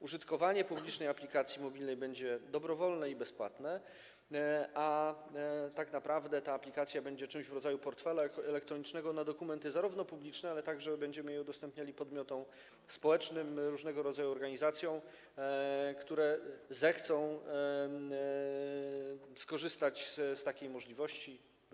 Użytkowanie publicznej aplikacji mobilnej będzie dobrowolne i bezpłatne, a tak naprawdę ta aplikacja będzie czymś w rodzaju portfela elektronicznego na dokumenty publiczne, ale także będziemy je udostępniali podmiotom społecznym, różnego rodzaju organizacjom, które zechcą skorzystać z takiej możliwości.